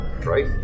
right